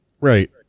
Right